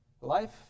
Life